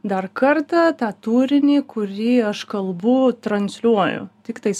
dar kartą tą turinį kurį aš kalbu transliuoju tiktais